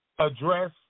address